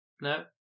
No